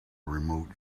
remote